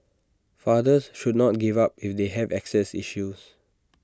fathers should not give up if they have access issues